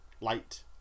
Light